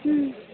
हूँ